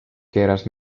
keeras